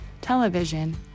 television